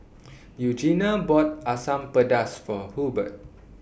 Eugenia bought Asam Pedas For Hurbert